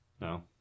No